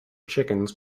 chickens